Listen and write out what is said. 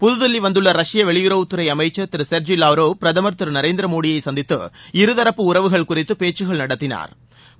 புதுதில்லி வந்துள்ள ரஷ்ய வெளியுறவுத் துறை அமைச்சள் திரு சொ்ஜி லாவ்ரோ பிரதமர் திரு நரேந்திர மோடியை சந்தித்து இருதரப்பு உறவுகள் குறித்து பேச்சுக்கள் நடத்தினாா்